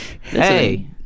Hey